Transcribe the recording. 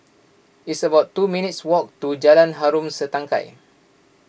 it's about two minutes' walk to Jalan Harom Setangkai